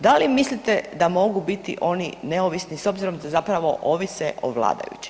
Da li mislite da mogu biti oni neovisni s obzirom da zapravo ovise o vladajućima?